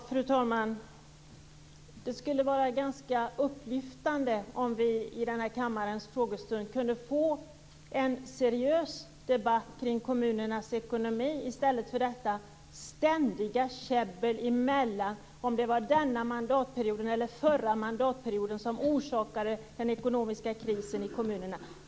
Fru talman! Det skulle vara ganska upplyftande om vi i denna kammare under frågestunden kunde få en seriös debatt om kommunernas ekonomi i stället för detta ständiga käbbel om det var denna mandatperiod eller förra mandatperioden som orsakade den ekonomiska krisen i kommunerna.